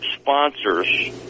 sponsors